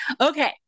okay